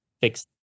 fix